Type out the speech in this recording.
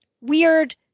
weird